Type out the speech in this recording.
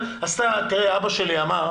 אבא שלי אמר: